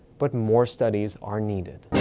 but more studies are needed.